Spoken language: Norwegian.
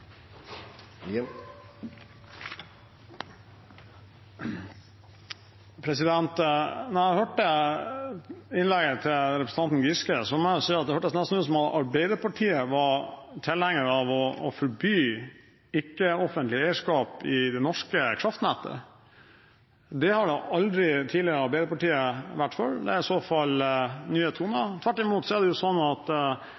jeg hørte innlegget til representanten Giske, må jeg si at det hørtes nesten ut som at Arbeiderpartiet er tilhenger av å forby ikke-offentlig eierskap i det norske kraftnettet. Det har ikke Arbeiderpartiet vært for tidligere, det er i så fall nye